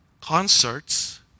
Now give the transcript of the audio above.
concerts